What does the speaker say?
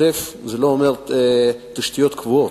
זה לא אומר תשתיות קבועות,